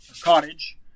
cottage